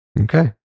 okay